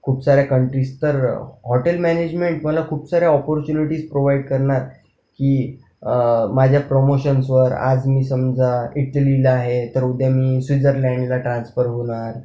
खूप साऱ्या कन्ट्रीज तर हॉटेल मॅनेजमेंट मला खूप साऱ्या ऑपोर्ट्युनिटीज प्रोव्हाइड करणार की माझ्या प्रोमोशन्सवर आज मी समजा इटलीला आहे तर उद्या मी स्विझरलँडला ट्रान्स्फर होणार